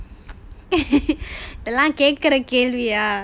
எல்லாம் கேக்குற கேள்வியா:ellaam kekura kelviyaa